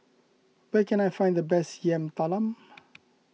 where can I find the best Yam Talam